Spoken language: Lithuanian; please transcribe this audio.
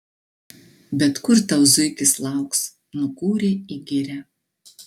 bet kur tau zuikis lauks nukūrė į girią